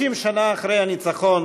50 שנה אחרי הניצחון